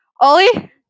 Ollie